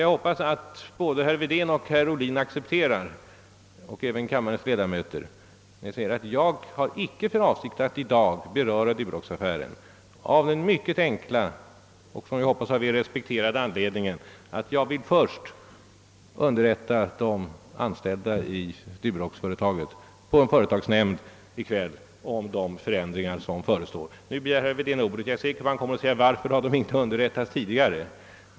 Jag hoppas dock att såväl herr Wedén som herr Ohlin och kammarens övriga ledamöter accepterar att jag i dag inte har för avsikt att gå närmare in på Duroxaffären, detta av den mycket enkla och som jag hoppas av alla respekterade anledningen att jag först vill underrätta de anställda vid Duroxföretaget, vilket jag kommer att göra på ett sammanträde med företagsnämnden i kväll, då jag skall tala om de förändringar som förestår. Nu ser jag att herr Wedén begär ordet, och jag är säker på att han kommer att fråga varför de anställda inte har underrättats tidigare.